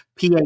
PA